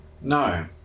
No